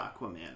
Aquaman